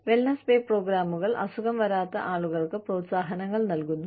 wellness pay പ്രോഗ്രാമുകൾ അസുഖം വരാത്ത ആളുകൾക്ക് പ്രോത്സാഹനങ്ങൾ നൽകുന്നു